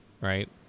right